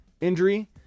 injury